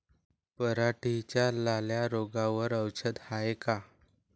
पराटीच्या लाल्या रोगावर औषध हाये का?